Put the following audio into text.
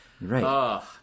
Right